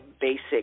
basic